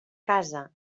casa